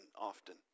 often